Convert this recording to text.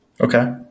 Okay